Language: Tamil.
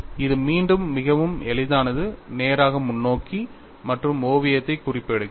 இது மீண்டும் மிகவும் எளிதானது நேராக முன்னோக்கி மற்றும் ஓவியத்தை குறிப்பு எடுக்கிறது